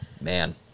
man